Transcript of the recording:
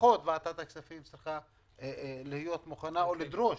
לפחות ועדת הכספים צריכה להיות מוכנה ולדרוש